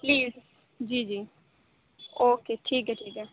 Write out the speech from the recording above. please جی جی okay ٹھیک ہے ٹھیک ہے